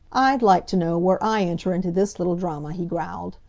i'd like to know where i enter into this little drayma, he growled.